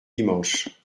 dimanche